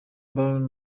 bayo